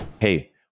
Hey